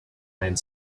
made